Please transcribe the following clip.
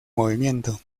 movimiento